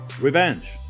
revenge